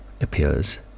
appears